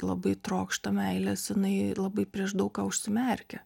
labai trokšta meilės jinai labai prieš daug ką užsimerkia